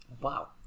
wow